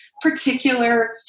particular